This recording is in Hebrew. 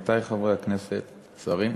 עמיתי חברי הכנסת, שרים,